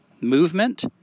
movement